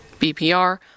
BPR